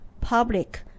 public